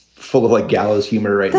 full of, like, gallows humor.